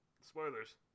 Spoilers